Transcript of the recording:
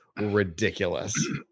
ridiculous